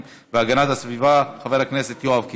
והגנת הסביבה חבר הכנסת יואב קיש.